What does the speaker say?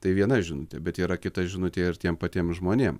tai viena žinutė bet yra kita žinutė ir tiem patiem žmonėm